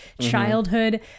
childhood